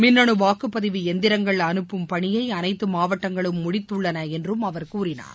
மின்னனு வாக்குப்பதிவு எந்திரங்கள் அனுப்பும் பனியை அனைத்து மாவட்டங்களும் முடித்துள்ளள என்றும் அவர் கூறினார்